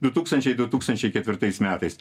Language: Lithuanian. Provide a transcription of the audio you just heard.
du tūkstančiai du tūkstančiai ketvirtais metais